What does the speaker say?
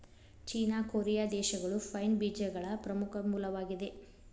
ಚೇನಾ, Korea ದೇಶಗಳು pine ಬೇಜಗಳ ಪ್ರಮುಖ ಮೂಲವಾಗಿದೆ